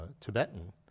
Tibetan